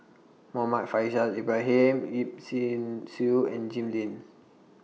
Muhammad Faishal Ibrahim Yip Sin Xiu and Jim Lim